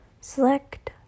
Select